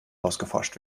ausgeforscht